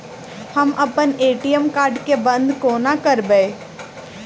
हम अप्पन ATM card केँ बंद कोना करेबै?